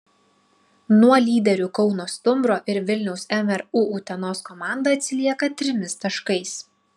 nuo lyderių kauno stumbro ir vilniaus mru utenos komanda atsilieka trimis taškais